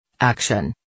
Action